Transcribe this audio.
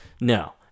no